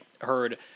heard